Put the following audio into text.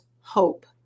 hope